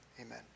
Amen